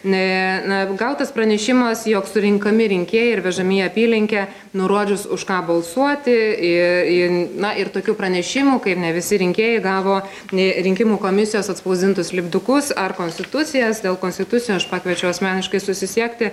gautas pranešimas jog surenkami rinkėjai ir vežami į apylinkę nurodžius už ką balsuoti į na ir tokių pranešimų kaip ne visi rinkėjai gavo rinkimų komisijos atspausdintus lipdukus ar konstitucijas dėl konstitucijų aš pakviečiau asmeniškai susisiekti